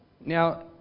Now